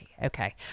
Okay